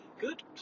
good